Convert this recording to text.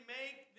make